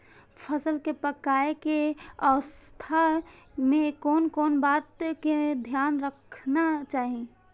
फसल के पाकैय के अवस्था में कोन कोन बात के ध्यान रखना चाही?